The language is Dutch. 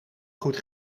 goed